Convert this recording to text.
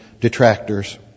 detractors